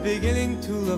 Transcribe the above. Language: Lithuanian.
taigi linkiu nuo